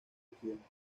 accidentes